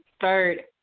Third